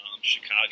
Chicago